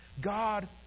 God